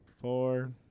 four